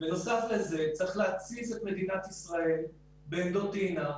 בנוסף, צריך להציף את מדינת ישראל בעמדות טעינה,